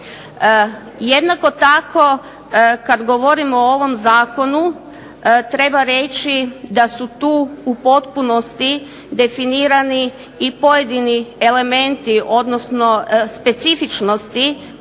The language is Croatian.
Jednako tako kada govorimo o ovom zakonu treba reći da su u potpunosti definirani i pojedini elementi odnosno specifičnosti